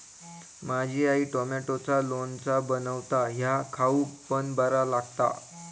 माझी आई टॉमॅटोचा लोणचा बनवता ह्या खाउक पण बरा लागता